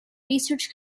research